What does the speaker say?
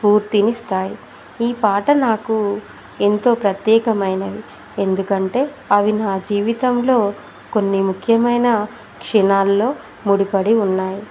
స్పూర్తినిస్తాయి ఈ పాట నాకు ఎంతో ప్రత్యేకమైనవి ఎందుకంటే అవి నా జీవితంలో కొన్ని ముఖ్యమైన క్షణాల్లో ముడిపడి ఉన్నాయి